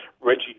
Reggie